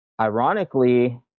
ironically